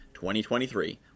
2023